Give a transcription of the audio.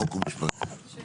חוק ומשפט,